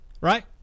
right